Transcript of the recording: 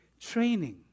training